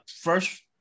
first